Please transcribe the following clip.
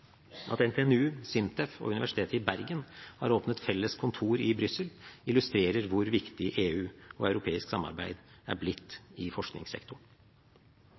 At NTNU, SINTEF og Universitetet i Bergen har åpnet felles kontor i Brussel, illustrerer hvor viktig EU og europeisk samarbeid er blitt i forskningssektoren.